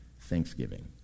thanksgiving